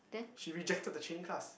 she rejected the training class